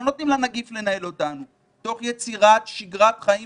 לא נותנים לנגיף לנהל אותנו תוך יצירת שגרת חיים